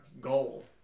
goal